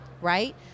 right